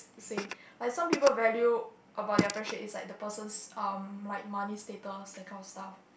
say like some people value about their friendship is like the person's um like money status that kind of stuff